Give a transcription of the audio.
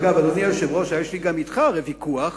אגב, אדוני היושב-ראש, הרי גם אתך יש לי ויכוח